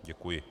Děkuji.